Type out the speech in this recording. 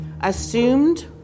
assumed